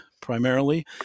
primarily